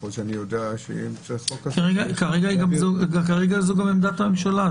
ככל שאני יודע --- כרגע זו גם עמדת הממשלה.